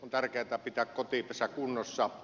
on tärkeätä pitää kotipesä kunnossa